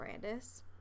Brandis